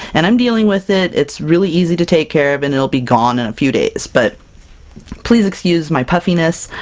and i'm dealing with it, it's really easy to take care of, and it'll be gone in a few days. but please excuse my puffiness.